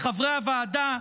לחברי הוועדה,